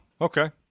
okay